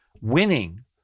winning